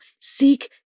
Seek